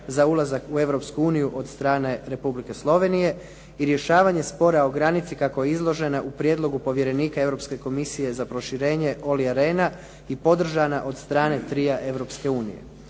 u Europsku uniju od strane Republike Slovenije i rješavanje spora o granici kako je izložena u prijedlogu povjerenika Europske komisije za proširenje Ollia Rehna i podržana od strana trija